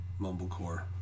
mumblecore